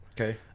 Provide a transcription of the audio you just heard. Okay